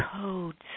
codes